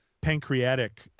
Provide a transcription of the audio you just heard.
pancreatic